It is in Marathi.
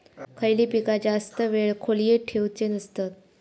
खयली पीका जास्त वेळ खोल्येत ठेवूचे नसतत?